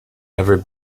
never